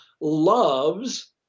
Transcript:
loves